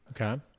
okay